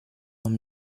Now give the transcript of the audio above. non